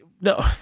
No